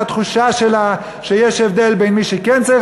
מהתחושה שלה שיש הבדל בין מי שכן צריך